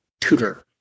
tutor